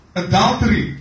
adultery